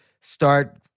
start